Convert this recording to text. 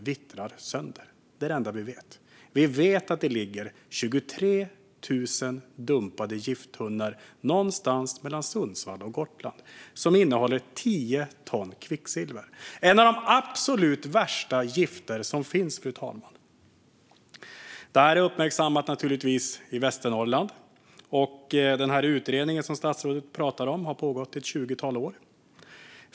Det är det enda vi vet: Vi vet att det ligger 23 000 dumpade gifttunnor någonstans mellan Sundsvall och Gotland som innehåller tio ton kvicksilver - ett av de absolut värsta gifter som finns, fru talman! Detta är naturligtvis uppmärksammat i Västernorrland. Den utredning som statsrådet pratar om har pågått i ett tjugotal år.